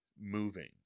moving